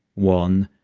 one.